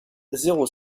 zéro